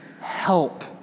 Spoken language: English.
help